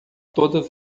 todas